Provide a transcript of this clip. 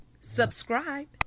subscribe